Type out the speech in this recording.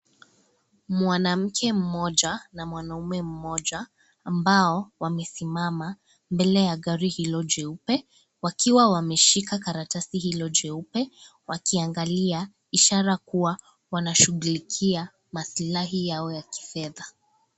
Mwanamke mmoja na mwanaume mmoja ambao wamesimama mbele ya gari hilo jeupe wakiwa wameshika karatasi hilo jeupe wakiangalia ishara kua wanashughulikia masilahi yao ya kifedha.